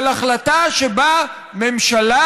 של החלטה שבה ממשלה,